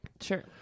Sure